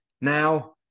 Now